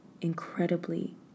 incredibly